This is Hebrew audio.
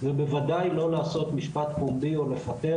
ובוודאי לא לעשות משפט פומבי או לפטר